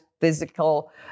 physical